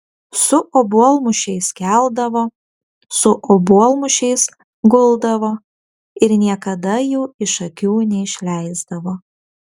su obuolmušiais keldavo su obuolmušiais guldavo ir niekada jų iš akių neišleisdavo